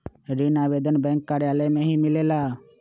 ऋण आवेदन बैंक कार्यालय मे ही मिलेला?